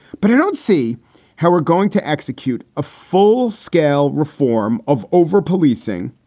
but i don't see how we're going to execute a full scale reform of overpolicing.